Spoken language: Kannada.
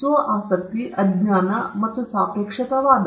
ಸ್ವ ಆಸಕ್ತಿ ಅಜ್ಞಾನ ಮತ್ತು ಸಾಪೇಕ್ಷತಾವಾದ